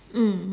mm